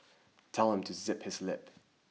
tell him to zip his lip